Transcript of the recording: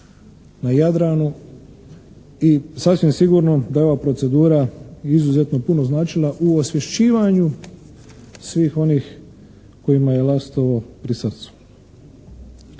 na Jadranu i sasvim sigurno da je ova procedura izuzetno puno značila u osvješćivanju svih onih kojima je Lastovo pri srcu.